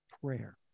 prayer